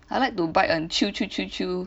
I like to bite and chew chew chew chew